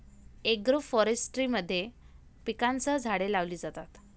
agroforestry मध्ये पिकांसह झाडे लावली जातात